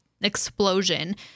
explosion